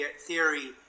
theory